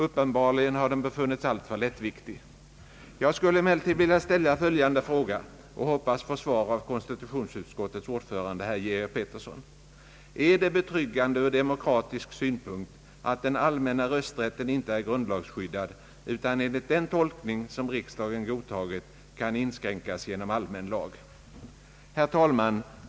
Uppenbarligen har den befunnits alltför lättviktig. Jag skulle emellertid vilja ställa följande fråga och hoppas få svar av konstitutionsutskottets ordförande herr Georg Pettersson: Är det betryggande ur demokratisk synpunkt att den allmänna rösträtten inte är grundlagsskyddad utan enligt den tolkning som riksdagen godtagit kan inskränkas genom allmän lag? Herr talman!